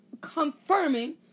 confirming